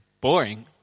boring